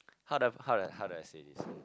how do I how do I how do say this